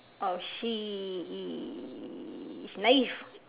oh she is naive